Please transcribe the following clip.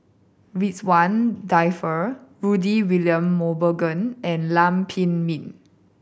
Ridzwan Dzafir Rudy William Mosbergen and Lam Pin Min